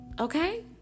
okay